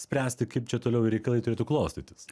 spręsti kaip čia toliau reikalai turėtų klostytis